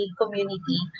community